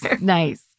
nice